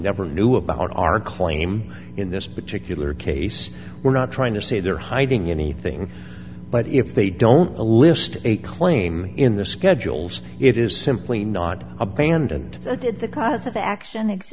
never knew about our claim in this particular case we're not trying to say they're hiding anything but if they don't list a claim in the schedules it is simply not abandoned that did the cause of action